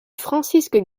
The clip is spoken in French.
francisque